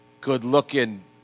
Good-looking